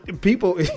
people